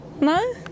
No